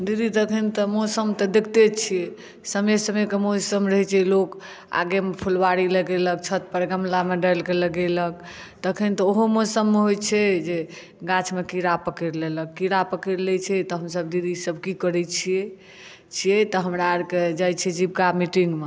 दीदी तखन तऽ मौसम तऽ देखते छियै समय समय के मौसम रहै छै लोक आगे मे फुलवारी लगेलक छत पर गमला मे डालि कऽ लगेलक तखन तऽ ओहो मौसम मे होइ छै जे गाछ मे कीड़ा पकड़ि लेलक कीड़ा पकैड़ लै छै तऽ हमसब दीदी सब की करै छियै छियै तऽ हमरा आरके जाइ छियै जीविका मीटिंग मे